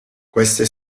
queste